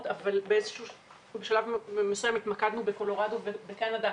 אבל בשלב מסוים התמקדנו בקולורדו ובקנדה